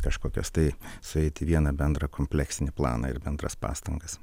kažkokios tai sueiti į vieną bendrą kompleksinį planą ir bendras pastangas